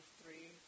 three